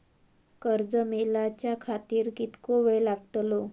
कर्ज मेलाच्या खातिर कीतको वेळ लागतलो?